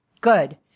Good